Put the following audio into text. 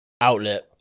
outlet